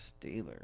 Steelers